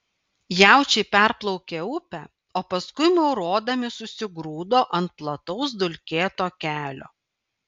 jaučiai perplaukė upę o paskui maurodami susigrūdo ant plataus dulkėto kelio